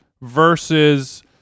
versus